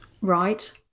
right